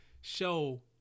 show